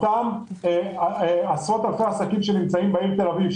אותם עשרות אלפי עסקים שנמצאים בעיר תל אביב,